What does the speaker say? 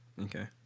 Okay